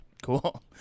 Cool